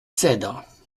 cedres